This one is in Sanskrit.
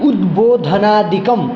उद्बोधनादिकं